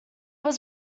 was